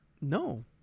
No